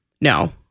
No